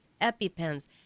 EpiPens